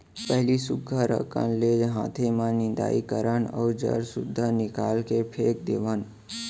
पहिली सुग्घर अकन ले हाते म निंदई करन अउ जर सुद्धा निकाल के फेक देवन